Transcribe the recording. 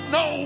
no